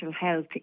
health